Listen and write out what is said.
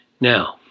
Now